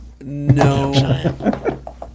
No